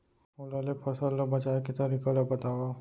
ओला ले फसल ला बचाए के तरीका ला बतावव?